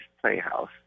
Playhouse